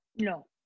no